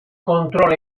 kontrol